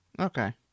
Okay